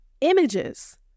images